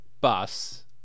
bus